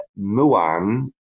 Muan